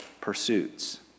pursuits